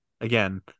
again